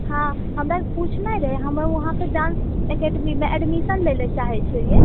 हाँ हमरा पुछनाइ रहै हमहूँ उहाँ पर डान्स एकेडमीमे एडमिशन लए ले चाहै छलियै